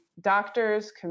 doctors